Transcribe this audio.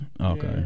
Okay